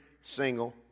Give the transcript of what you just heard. single